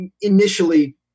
initially